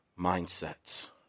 mindsets